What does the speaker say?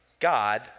God